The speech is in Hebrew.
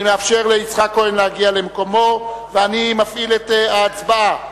אני מאפשר ליצחק כהן להגיע למקומו ואני מפעיל את ההצבעה.